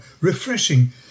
refreshing